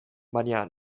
baina